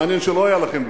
מעניין שלא היה לכם בחוק,